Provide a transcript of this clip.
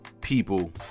people